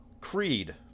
Creed